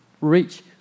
reach